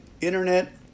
internet